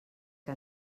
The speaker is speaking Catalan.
que